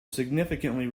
significantly